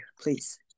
please